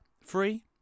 free